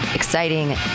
Exciting